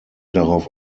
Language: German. darauf